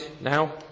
now